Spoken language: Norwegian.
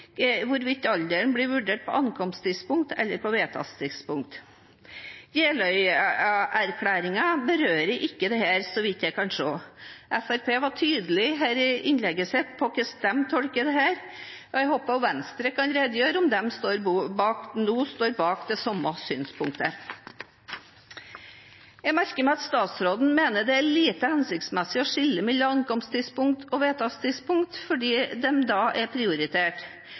hvorvidt alderen blir vurdert på ankomsttidspunktet eller på vedtakstidspunktet. Jeløya-erklæringen berører ikke dette, så vidt jeg kan se. Fremskrittspartiet var tydelig i innlegget sitt her på hvordan de tolker dette. Jeg håper at også Venstre kan redegjøre for om de nå står bak det samme synspunktet. Jeg merker meg at statsråden mener det er lite hensiktsmessig å skille mellom ankomsttidspunkt og vedtakstidspunkt fordi de da er prioritert.